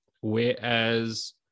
whereas